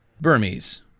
Burmese